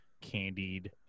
candied